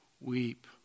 weep